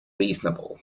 reasonable